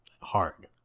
hard